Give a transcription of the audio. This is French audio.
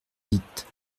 dites